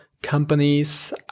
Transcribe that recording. companies